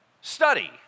Study